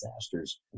disasters